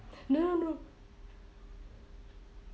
no no no